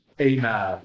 Amen